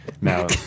now